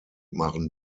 machen